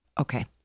Okay